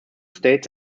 states